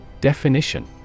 Definition